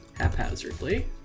Haphazardly